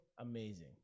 amazing